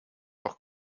auch